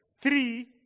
Three